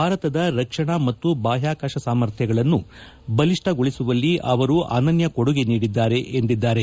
ಭಾರತದ ರಕ್ಷಣಾ ಮತ್ತು ಬಾಹ್ಕಾಕಾಶ ಸಾಮರ್ಥ್ಯಗಳನ್ನು ಬಲಿಷ್ಠಗೊಳಿಸುವಲ್ಲಿ ಅವರು ಅನನ್ನ ಕೊಡುಗೆ ನೀಡಿದ್ದಾರೆ ಎಂದಿದ್ದಾರೆ